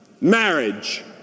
marriage